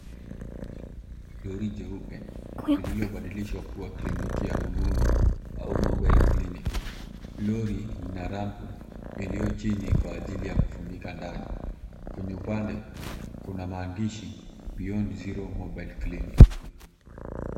Lori jeupe lililobadilishwa kuwa kliniki ya rununu au mobile clinic .Lori lina ramp iliyo chini kwa ajili ya kufunika ndani. Kwenye upande kuna maandishi, beyond zero mobile clinic.